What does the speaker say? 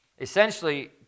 Essentially